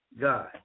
God